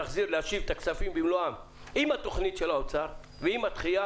להשיב את הכספים במלואם עם התוכנית של האוצר ועם הדחייה